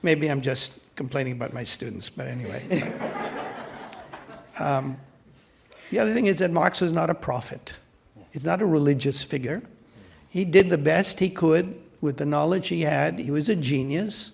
maybe i'm just complaining about my students but anyway the other thing is that marx is not a prophet it's not a religious figure he did the best he could with the knowledge he had he was a genius